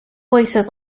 voices